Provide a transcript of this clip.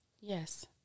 yes